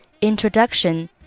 introduction